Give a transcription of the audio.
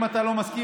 אם אתה לא מסכים,